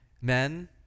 men